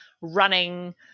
running